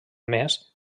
més